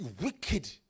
wicked